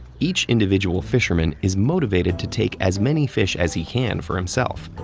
each individual fisherman is motivated to take as many fish as he can for himself.